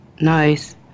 Nice